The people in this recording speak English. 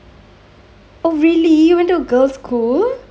oh really you went to a girls school